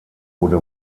wurde